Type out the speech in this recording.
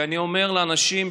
ואני אומר לאנשים,